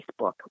Facebook